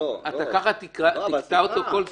ככה אתה תקטע אותו כל --- הבהרה.